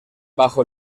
bajo